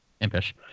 impish